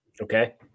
Okay